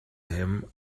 him